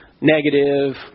negative